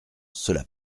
cela